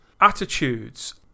attitudes